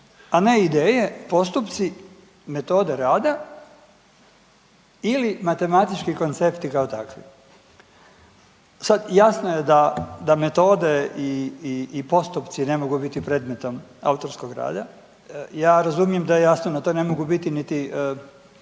a ne ideje, postupci metode rada ili matematički koncepti kao takvi“, sad jasno je da metode i postupci ne mogu biti predmetom autorskog rada. Ja razumijem da je jasno da to ne mogu biti niti